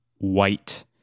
white